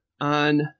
on